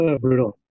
Brutal